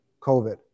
COVID